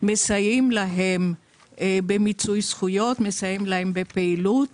מסייעים להם במיצוי זכויות, מסייעים להם בפעילות